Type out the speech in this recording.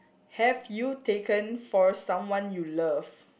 have you taken for someone you love